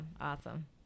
Awesome